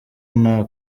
nta